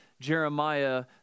Jeremiah